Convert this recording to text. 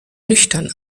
nüchtern